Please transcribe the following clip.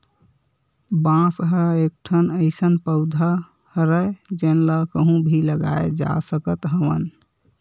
बांस ह एकठन अइसन पउधा हरय जेन ल कहूँ भी लगाए जा सकत हवन